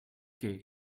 che